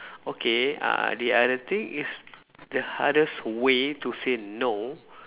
okay uh the other thing is the hardest way to say no